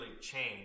change